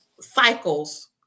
cycles